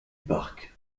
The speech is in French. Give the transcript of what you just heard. parc